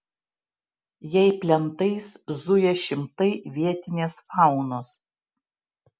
jei plentais zuja šimtai vietinės faunos